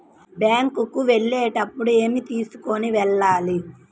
Bank కు వెళ్ళేటప్పుడు ఏమి తీసుకొని వెళ్ళాలి?